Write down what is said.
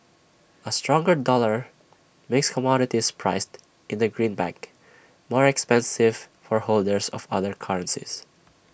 A stronger dollar makes commodities priced in the greenback more expensive for holders of other currencies